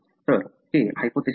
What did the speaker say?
तर हे हायपोथेसिस आहेत